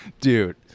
Dude